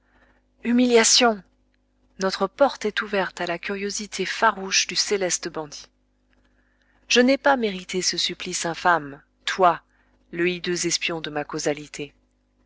humiliation notre porte est ouverte à la curiosité farouche du céleste bandit je n'ai pas mérité ce supplice infâme toi le hideux espion de ma causalité